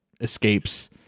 escapes